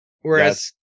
Whereas